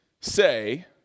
say